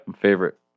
favorite